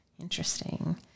Interesting